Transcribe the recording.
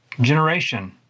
generation